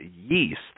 yeast